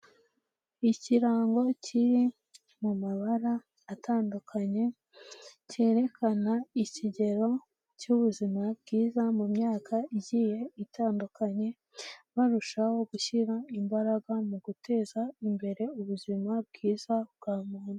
Ikirango kiri mu mabara atandukanye cyerekana ikigero cy'ubuzima bwiza mu myaka igiye itandukanye, barushaho gushyira imbaraga mu guteza imbere ubuzima bwiza bwa muntu.